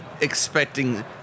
expecting